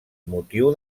motiu